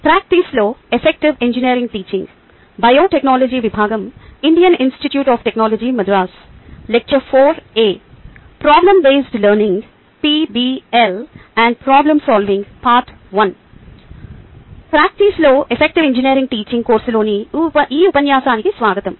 ప్రాక్టీస్లో effective engineering teaching కోర్సులోని ఈ ఉపన్యాసానికి స్వాగతం